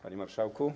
Panie Marszałku!